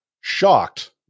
shocked